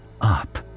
up